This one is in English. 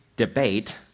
debate